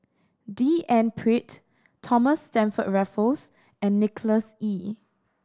D N Pritt Thomas Stamford Raffles and Nicholas Ee